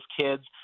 kids